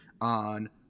on